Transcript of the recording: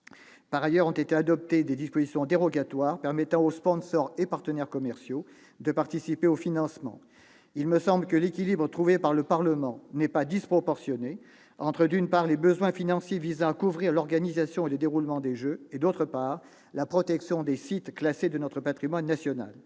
Par ailleurs ont été adoptées des dispositions dérogatoires permettant aux et aux partenaires commerciaux de participer au financement. Il me semble que l'équilibre trouvé par le Parlement n'est pas disproportionné entre, d'une part, les besoins financiers visant à couvrir l'organisation et le déroulement de ces jeux et, d'autre part, la protection des sites classés de notre patrimoine national.